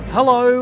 Hello